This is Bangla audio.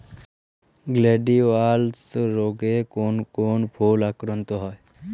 গ্লাডিওলাস রোগে কোন কোন ফুল আক্রান্ত হয়?